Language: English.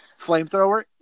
flamethrower